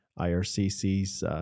IRCC's